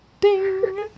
Ding